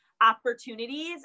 opportunities